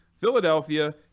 Philadelphia